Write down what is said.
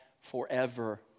forever